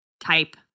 type